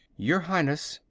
your highness,